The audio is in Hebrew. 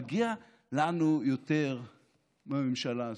מגיע לנו יותר מהממשלה הזאת.